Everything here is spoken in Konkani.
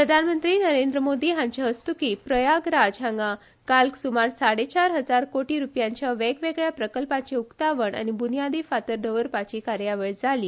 प्रधानमंत्री नरेंद्र मोदी हांच्या हस्तुकी प्रयागराज हांगासर काल सुमार साडेचार हजार कोटी रुपयांच्या वेगवेगळ्या प्रकल्पांचे उक्तावण आनी बुनयादी फातर दवरपाची कार्यावळ जाली